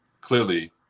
Clearly